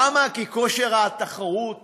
למה, כי כושר התחרות